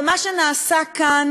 ומה שנעשה כאן